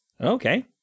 Okay